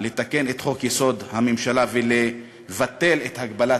לתקן את חוק-יסוד: הממשלה ולבטל את הגבלת